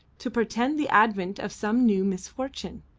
to portend the advent of some new misfortune.